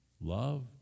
love